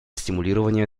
стимулирования